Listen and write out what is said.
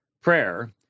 prayer